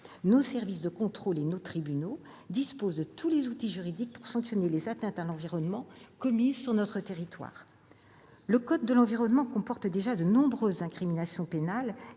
nos services de contrôle et nos tribunaux disposent de tous les outils juridiques pour sanctionner les atteintes à l'environnement commises sur notre territoire. Le code de l'environnement comporte déjà de nombreuses incriminations pénales